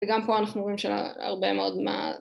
‫וגם פה אנחנו רואים שהרבה מאוד מה...